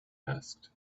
asked